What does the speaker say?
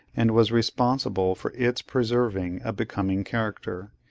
and was responsible for its preserving a becoming character,